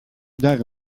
dare